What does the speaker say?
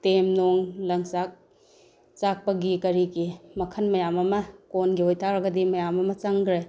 ꯇꯦꯝ ꯅꯨꯡ ꯂꯪꯆꯥꯛ ꯆꯥꯛꯄꯒꯤ ꯀꯔꯤꯒꯤ ꯃꯈꯟ ꯃꯌꯥꯝ ꯑꯃ ꯀꯣꯟꯒꯤ ꯑꯣꯏꯇꯔꯒꯗꯤ ꯃꯌꯥꯝ ꯑꯃ ꯆꯪꯈ꯭ꯔꯦ